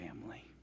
family